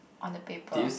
on the paper